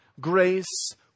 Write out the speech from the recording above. grace